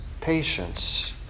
patience